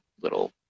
little